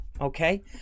Okay